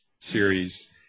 series